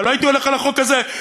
לא הייתי הולך על החוק הזה.